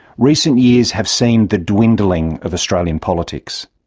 recent years have seen the dwindling of australian politics.